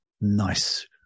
nice